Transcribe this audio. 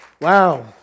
Wow